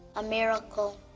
a miracle.